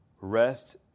rest